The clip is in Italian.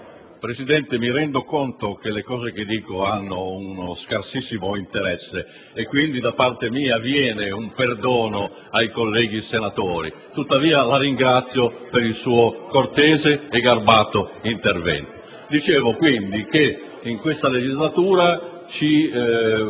Presidente, mi rendo conto che quello che dico ha uno scarsissimo interesse, quindi da parte mia chiedo perdono ai colleghi senatori, tuttavia la ringrazio per il suo cortese e garbato intervento. Come stavo dicendo, in questa legislatura ci